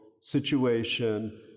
situation